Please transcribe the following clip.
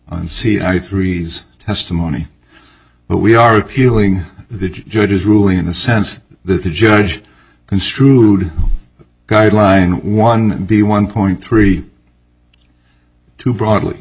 and c i three testimony but we are appealing the judge's ruling in the sense that the judge construed guideline one b one point three two broadly